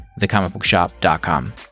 thecomicbookshop.com